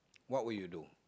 what would you do